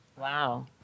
Wow